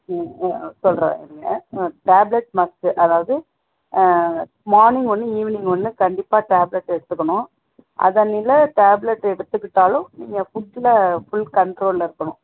ம் சொல்கிறேன் இருங்கள் டேப்ளெட்ஸ் மஸ்ட்டு அதாவது மார்னிங் ஒன்று ஈவ்னிங் ஒன்று கண்டிப்பாக டேப்லெட் எடுத்துக்கணும் அது அன்னியில டேப்லெட் எடுத்துக்கிட்டாலும் நீங்கள் ஃபுட்டில் ஃபுல் கண்ட்ரோலில் இருக்கணும்